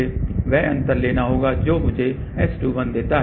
इसलिए हमें वह अंतर लेना होगा जो मुझे S21 देता है